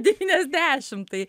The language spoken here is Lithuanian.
devyniasdešimt tai